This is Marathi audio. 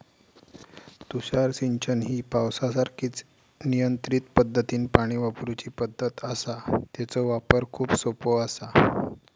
तुषार सिंचन ही पावसासारखीच नियंत्रित पद्धतीनं पाणी वापरूची पद्धत आसा, तेचो वापर खूप सोपो आसा